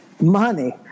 money